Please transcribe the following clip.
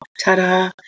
ta-da